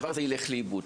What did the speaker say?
הדבר הזה ילך לאיבוד